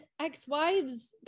Ex-Wives